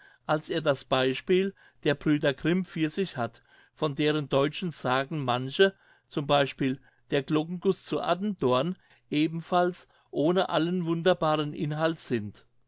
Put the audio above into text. als er das beispiel der brüder grimm für sich hat von deren deutschen sagen manche z b der glockenguß zu attendorn ebenfalls ohne allen wunderbaren inhalt sind